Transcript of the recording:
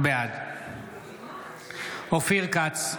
בעד אופיר כץ,